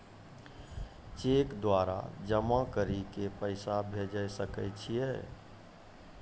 Cheque द्वारा जमा करि के पैसा भेजै सकय छियै?